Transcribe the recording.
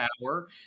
power